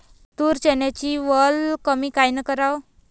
तूर, चन्याची वल कमी कायनं कराव?